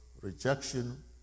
rejection